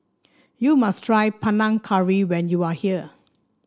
you must try Panang Curry when you are here